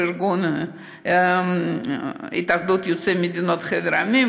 ארגון התאחדות יוצאי מדינות חבר העמים,